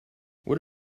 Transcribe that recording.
what